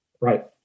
Right